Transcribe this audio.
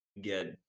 get